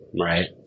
right